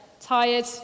Tired